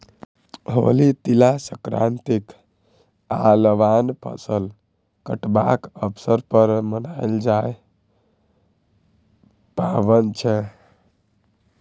होली, तिला संक्रांति आ लबान फसल कटबाक अबसर पर मनाएल जाइ बला पाबैन छै